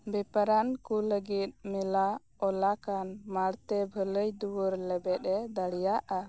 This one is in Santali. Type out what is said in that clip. ᱵᱮᱯᱟᱨᱟᱱ ᱠᱩ ᱞᱟ ᱜᱤᱫ ᱢᱮᱞᱟ ᱚᱞ ᱟᱠᱟᱱ ᱢᱟᱬᱛᱮ ᱵᱷᱟ ᱞᱟᱭ ᱫᱩᱣᱟ ᱨ ᱞᱮᱵᱮᱫ ᱮ ᱫᱟᱲᱮᱭᱟᱜ ᱟ